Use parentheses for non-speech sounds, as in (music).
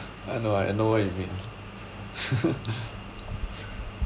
I know I know what you mean (laughs)